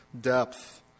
depth